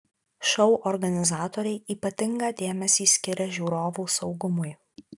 šou organizatoriai ypatingą dėmesį skiria žiūrovų saugumui